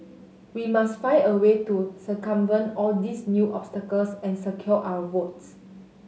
we must find a way to circumvent all these new obstacles and secure our votes